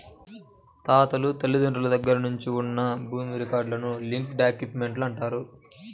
తాతలు తండ్రుల దగ్గర నుంచి ఉన్న భూమి రికార్డులను లింక్ డాక్యుమెంట్లు అంటారు